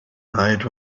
night